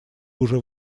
уже